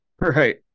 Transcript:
Right